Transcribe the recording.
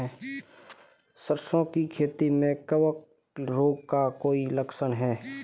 सरसों की खेती में कवक रोग का कोई लक्षण है?